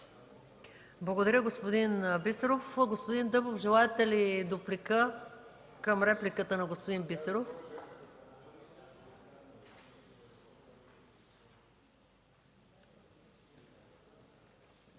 Благодаря, господин Бисеров. Господин Дъбов, желаете ли дуплика към репликата на господин Бисеров? ДОКЛАДЧИК